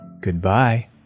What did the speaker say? Goodbye